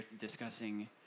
discussing